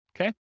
okay